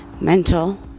mental